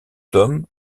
tome